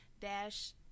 dash